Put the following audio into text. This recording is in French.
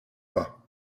pas